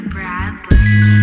Bradley